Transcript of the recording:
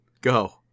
Go